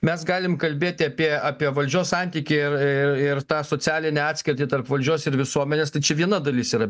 mes galim kalbėti apie apie valdžios santykį ir ir ir tą socialinę atskirtį tarp valdžios ir visuomenės tai čia viena dalis yra